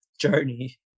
journey